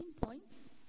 points